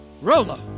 Rolo